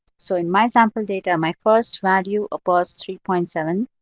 so in my sample data, my first value, of course, three point seven.